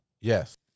Yes